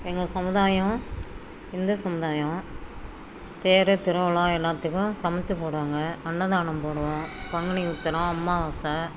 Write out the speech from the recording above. எங்கள் சமுதாயம் இந்து சமுதாயம் தேர் திருவிழா எல்லோத்துக்கும் சமைச்சி போடுவாங்க அன்னதானம் போடுவோம் பங்குனி உத்திரம் அம்மாவாசை